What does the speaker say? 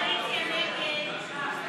ההסתייגות (44) של חברי